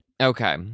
okay